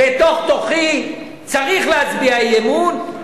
אבל בתוך-תוכי צריך להצביע אי-אמון.